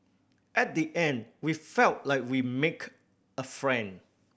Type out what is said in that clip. at the end we felt like we make a friend